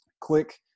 click